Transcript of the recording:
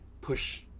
push